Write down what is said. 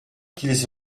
qu’ils